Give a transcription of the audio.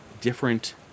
different